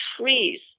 trees